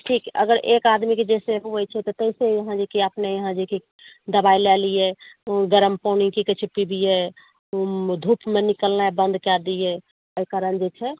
ठीक अगर एक आदमीके जैसे ही होइ छै तैसे यहाँ जे कि अपने यहाँ जे कि दवाइ लै लियै ओ की कहै छै गरम पानी पीबियै धुपमे निकलनाइ बन्द कए दियै एहि कारण जे छै